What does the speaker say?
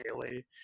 daily